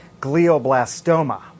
glioblastoma